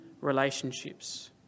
relationships